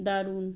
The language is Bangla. দারুণ